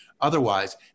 otherwise